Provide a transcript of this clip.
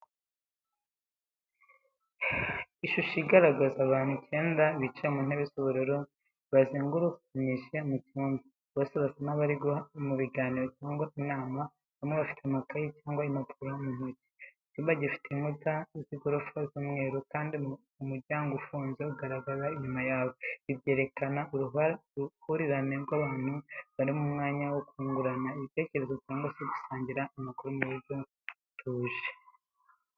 Ishusho igaragaza abantu icyenda bicaye mu ntebe z’ubururu bazengurutsanyije mu cyumba. Bose basa n’aho bari mu biganiro cyangwa inama, bamwe bafite amakayi cyangwa impapuro mu ntoki, Icyumba gifite inkuta n’igorofa by’umweru, kandi umuryango ufunze ugaragara inyuma yabo. Ibi byerekana uruhurirane rw’abantu bari mu mwanya wo kungurana ibitekerezo cyangwa gusangira amakuru mu buryo butuje.